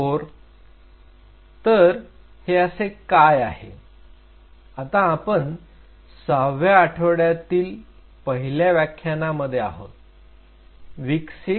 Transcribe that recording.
तर हे असे काय आहे आता आपण सहाव्या आठवड्यातील पहिलं व्याख्यानांमध्ये आहोत